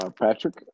Patrick